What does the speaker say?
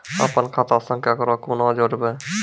अपन खाता संग ककरो कूना जोडवै?